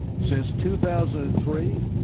since two thousand and three,